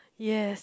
yes